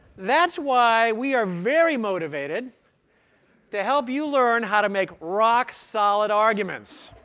that's why we are very motivated to help you learn how to make rock-solid arguments,